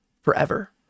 forever